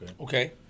Okay